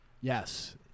Yes